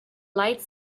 lights